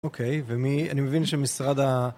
אוקיי, ומי... אני מבין שמשרד ה...